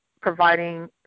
providing